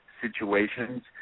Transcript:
situations